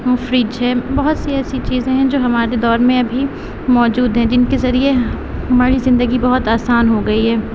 اور فرج ہے بہت سی ایسی چیزیں ہیں جو ہمارے دور میں ابھی موجود ہیں جن کے ذریعے ہماری زندگی بہت آسان ہوگئی ہے